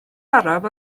araf